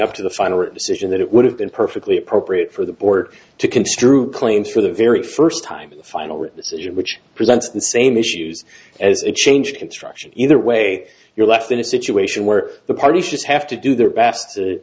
up to the final decision that it would have been perfectly appropriate for the board to construe claims for the very first time in final decision which presents the same issues as a change construction either way you're left in a situation where the party should have to do their best to